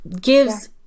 gives